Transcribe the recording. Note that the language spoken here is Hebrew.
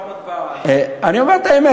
אני לא עומד, אני אומר את האמת.